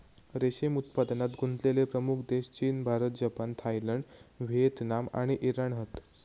रेशीम उत्पादनात गुंतलेले प्रमुख देश चीन, भारत, जपान, थायलंड, व्हिएतनाम आणि इराण हत